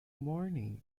morning